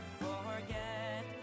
forget